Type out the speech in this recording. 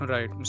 Right